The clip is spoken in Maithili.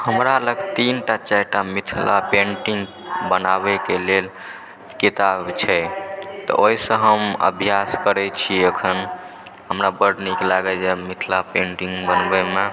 हमरा लग तीनटा चारिटा मिथिला पेन्टिंग बनाबयके लेल किताब छै तऽ ओहिसँ हम अभ्यास करैत छी अखन हमरा बड्ड नीक लागैए मिथिला पेन्टिंग बनबयमे